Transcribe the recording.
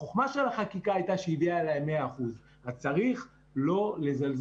החוכמה של החקיקה הייתה שהיא הביאה להם 100%. רק צריך לא לזלזל